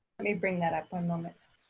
let me bring that up. one moment.